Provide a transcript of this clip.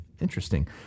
Interesting